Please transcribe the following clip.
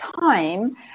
time